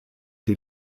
die